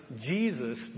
Jesus